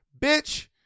bitch